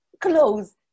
clothes